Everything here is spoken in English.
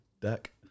Deck